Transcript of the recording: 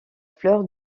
fleur